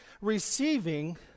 receiving